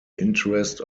interest